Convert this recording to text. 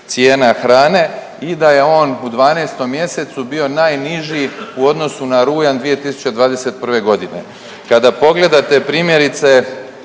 cijena hrane i da je on u 12. mjesecu bio najniži u odnosu na rujan 2021. godine. Kada pogledate primjerice